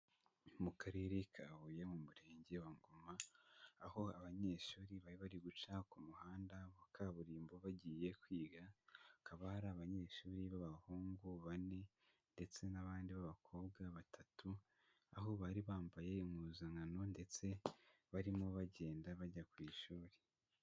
Mu karere ka Huye mu murenge wa Ngoma, aho abanyeshuri bari guca ku muhanda wa kaburimbo, bagiye kwiga. Bakaba ari abanyeshuri b'abahungu bane, ndetse n'abandi b'abakobwa batatu, aho bari bambaye impuzankano ndetse, barimo bagenda bajya ku ishuri.